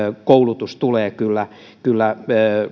koulutus tulee kyllä kyllä